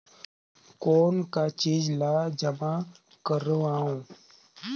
कौन का चीज ला जमा करवाओ?